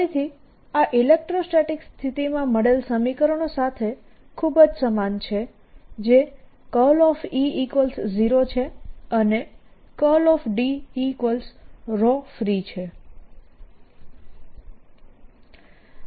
ફરીથી આ ઇલેક્ટ્રોસ્ટેટીક સ્થિતિમાં મળેલ સમીકરણો સાથે ખૂબ સમાન છે જે E 0 છે અને D free છે